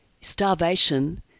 starvation